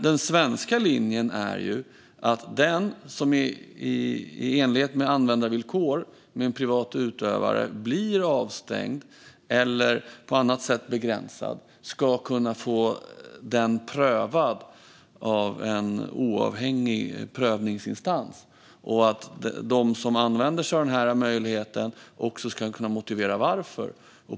Den svenska linjen är dock att den privata utövare som i enlighet med användarvillkor blir avstängd eller på annat sätt begränsad ska kunna få det prövat av en oavhängig prövningsinstans. De som använder sig av den här möjligheten ska också kunna motivera varför.